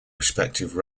respective